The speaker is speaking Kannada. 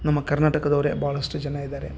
ನಮ್ಮ ಕರ್ನಾಟಕದವರೇ ಭಾಳಷ್ಟು ಜನ ಇದ್ದಾರೆ